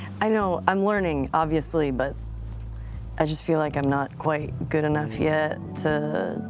i know, i'm learning, obviously, but i just feel like i'm not quite good enough yet to